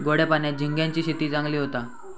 गोड्या पाण्यात झिंग्यांची शेती चांगली होता